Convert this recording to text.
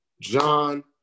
John